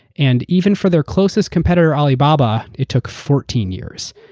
and even for their closest competitoreur alibabaeur ah it took fourteen years.